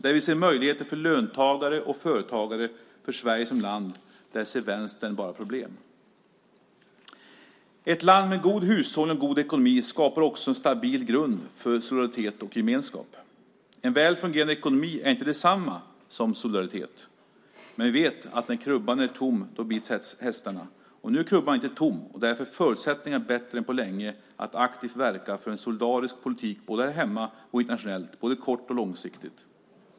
Där vi ser möjligheter för löntagare och företagare, för Sverige som land, där ser vänstern bara problem. Ett land med god hushållning och god ekonomi skapar också en stabil grund för solidaritet och gemenskap. En väl fungerande ekonomi är inte detsamma som solidaritet, men vi vet att när krubban är tom bits hästarna. Nu är krubban inte tom, och därför är förutsättningarna bättre än på länge att aktivt verka för en solidarisk politik både här hemma och internationellt, både kort och långsiktigt.